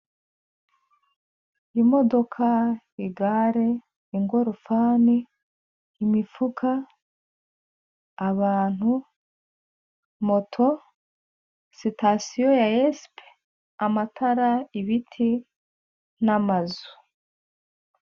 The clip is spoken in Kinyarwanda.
Imodoka, igare, ingorofani, imifuka, abantu, moto, sitasiyo ya SP, amatara, ibiti n'amazu.